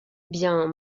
bien